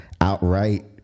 outright